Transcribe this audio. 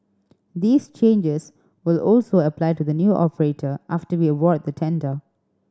these changes will also apply to the new operator after we award the tender